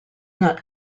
not